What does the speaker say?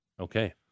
Okay